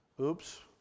Oops